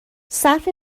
صرف